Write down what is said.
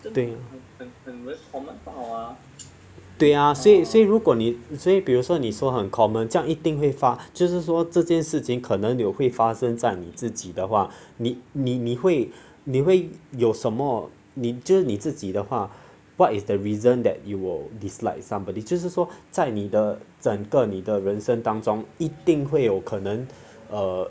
对对啊所以如果你比如说你说很 common 这样一定会发就是说这件事情可能也会发生在你自己的话你你你会你会有什么就是你自己的话 what is the reason that you would dislike somebody 就是说在你的整个你的人生当中一定会有可能 err